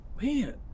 man